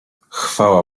chwała